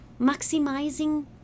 maximizing